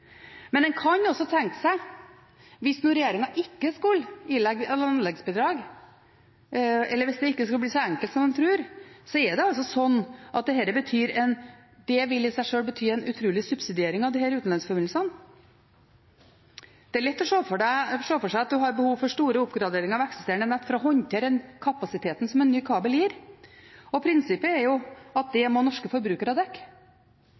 Men en kan også tenke seg at hvis nå regjeringen ikke skulle ilegge anleggsbidrag – eller hvis det ikke skulle bli så enkelt som en tror – vil det i seg sjøl bety en utrolig subsidiering av disse utenlandsforbindelsene. Det er lett å se for seg at en har behov for store oppgraderinger av eksisterende nett for å håndtere kapasiteten som en ny kabel gir, og prinsippet er at det må norske forbrukere dekke